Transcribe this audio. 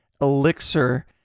Elixir